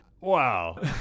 Wow